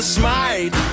smite